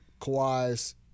Kawhi's